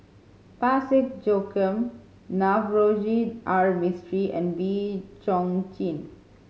Parsick Joaquim Navroji R Mistri and Wee Chong Jin